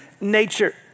nature